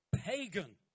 Pagan